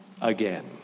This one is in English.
again